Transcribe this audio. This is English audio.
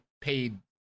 paid